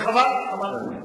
כבוד השר, בבקשה.